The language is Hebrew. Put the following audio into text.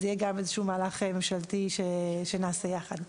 אז יהיה גם איזה מהלך ממשלתי שנעשה יחד.